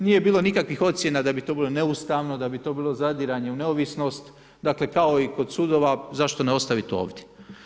Nije bilo nikakvih ocjena da bi to bilo neustavno da bi to bilo zadiranje u neovisnost, dakle kao i kod sudova zašto ne ostavit ovdje.